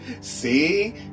See